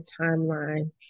timeline